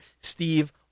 steve